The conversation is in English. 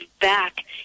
back